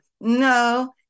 no